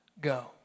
go